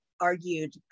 argued